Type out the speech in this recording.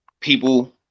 people